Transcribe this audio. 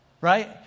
right